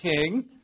king